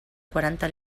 quaranta